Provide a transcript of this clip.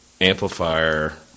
amplifier